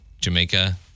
Jamaica